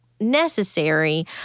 necessary